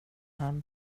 han